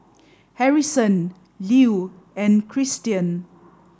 Harrison Lew and Christian